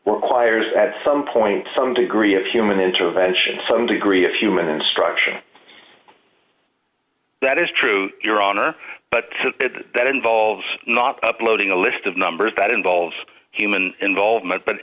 requires at some point some degree of human intervention some degree of human instruction that is true your honor but that involves not uploading a list of numbers that involves human involvement but